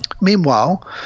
meanwhile